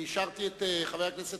חבר הכנסת